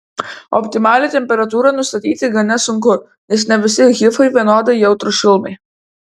optimalią temperatūrą nustatyti gana sunku nes ne visi hifai vienodai jautrūs šilumai